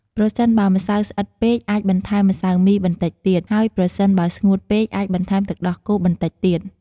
ប្រសិនបើម្សៅស្អិតពេក អាចបន្ថែមម្សៅមីបន្តិចទៀត ហើយប្រសិនបើស្ងួតពេក អាចបន្ថែមទឹកដោះគោបន្តិចទៀត។